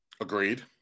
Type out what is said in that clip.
agreed